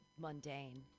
mundane